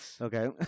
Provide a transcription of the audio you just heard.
Okay